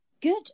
good